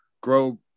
grow